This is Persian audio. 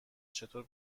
چطور